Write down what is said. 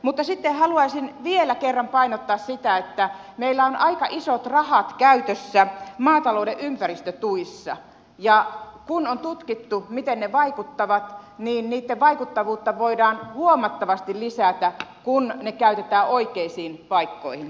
mutta sitten haluaisin vielä kerran painottaa sitä että meillä on aika isot rahat käytössä maatalouden ympäristötuissa ja kun on tutkittu miten ne vaikuttavat niin niitten vaikuttavuutta voidaan huomattavasti lisätä kun ne käytetään oikeisiin paikkoihin